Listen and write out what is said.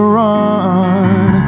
run